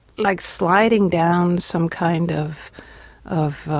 like sliding down some kind of of